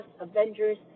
Avengers